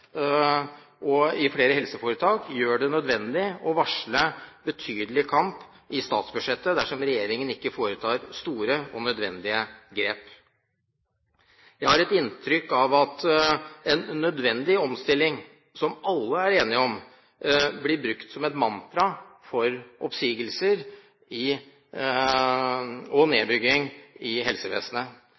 i flere helseforetak gjør det nødvendig å varsle betydelig kamp i statsbudsjettet dersom regjeringen ikke foretar store og nødvendige grep. Jeg har et inntrykk av at en nødvendig omstilling, som alle er enige om, blir brukt som et mantra for oppsigelser og nedbygging i helsevesenet.